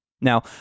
Now